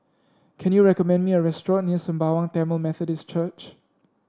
can you recommend me a restaurant near Sembawang Tamil Methodist Church